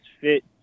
fit